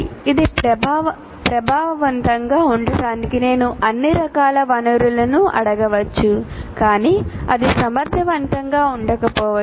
ఇది ప్రభావవంతంగా ఉండటానికి నేను అన్ని రకాల వనరులను అడగవచ్చు కానీ అది సమర్థవంతంగా ఉండకపోవచ్చు